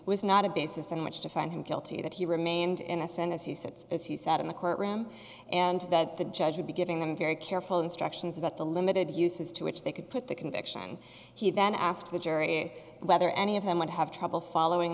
was not a basis in which to find him guilty that he remained innocent as he sits as he sat in the courtroom and that the judge would be giving them very careful instructions about the limited uses to which they could put the conviction he then asked the jury whether any of them would have trouble following